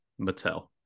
mattel